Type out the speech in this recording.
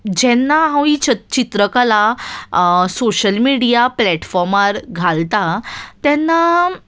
जेन्ना हांव ही चित्रकला सोशल मिडिया प्लेटफॉर्मार घालता तेन्ना